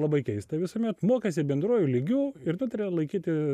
labai keista visuomet mokėsi bendruoju lygiu ir nutarė laikyti